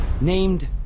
Named